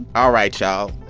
all right, y'all.